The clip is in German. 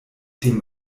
dem